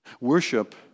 Worship